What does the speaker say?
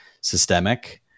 systemic